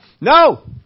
No